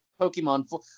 Pokemon